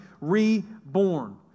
reborn